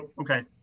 okay